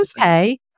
Okay